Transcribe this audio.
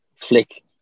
flick